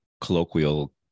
colloquial